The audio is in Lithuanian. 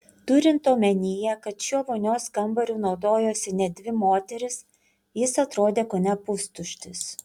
turint omenyje kad šiuo vonios kambariu naudojosi net dvi moterys jis atrodė kone pustuštis